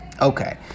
Okay